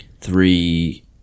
three